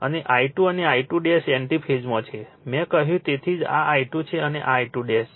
અને I2 અને I2 anti ફેઝમાં છે મેં કહ્યું તેથી જ આ I2 છે અને આ I2 છે